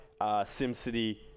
SimCity